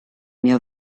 mio